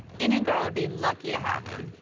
any girl would be lucky to have him.